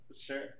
Sure